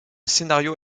scénario